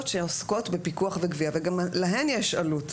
שעוסקות בפיקוח וגבייה וגם להן יש עלות.